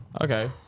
Okay